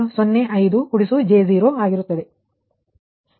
06 degree ಸರಿಯಾಗಿ ಪಡೆಯುತ್ತೀರಿ ಎಂದು ಲೆಕ್ಕ ಹಾಕಿದ ನಂತರ V31 ಬರುತ್ತದೆ